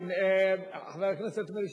חבר הכנסת מאיר שטרית.